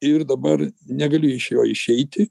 ir dabar negaliu iš jo išeiti